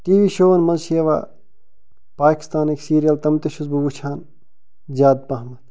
T V شوون منٛز چھِ یِوان پاکستانٕکۍ سیٖرِیل تم تہِ چھُس بہٕ وٕچھان زیادٕ پہمتھ